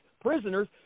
prisoners